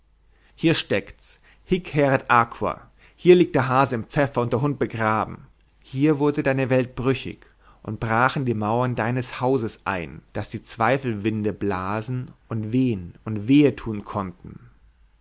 hier steckt's hic haeret aqua hier liegt der hase im pfeffer und der hund begraben hier wurde deine welt brüchig und brachen die mauern deines hauses ein daß die zweifelwinde blasen und wehen und wehe tun konnten